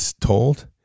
told